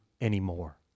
anymore